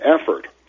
effort